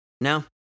No